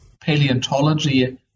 paleontology